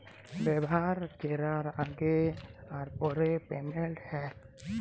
ব্যাভার ক্যরার আগে আর পরে পেমেল্ট হ্যয়